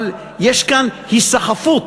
אבל יש כאן היסחפות.